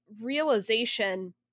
realization